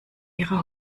ihrer